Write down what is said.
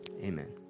amen